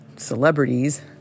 celebrities